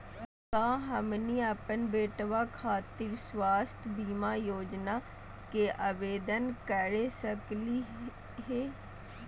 का हमनी के अपन बेटवा खातिर स्वास्थ्य बीमा योजना के आवेदन करे सकली हे?